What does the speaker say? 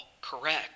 correct